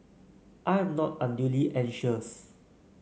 I am not unduly anxious